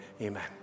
Amen